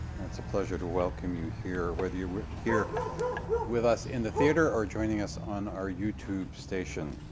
it's a pleasure to welcome you here, whether you are here with us in the theater or joining us on our youtube station.